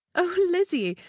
oh, lizzy!